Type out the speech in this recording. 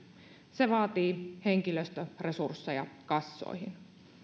se vaatii henkilöstöresursseja kassoihin